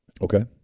Okay